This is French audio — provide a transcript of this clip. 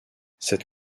cette